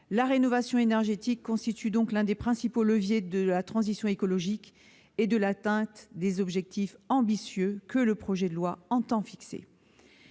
La rénovation énergétique constitue donc l'un des principaux leviers de la transition écologique et de l'atteinte des objectifs ambitieux que le projet de loi entend fixer.